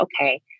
okay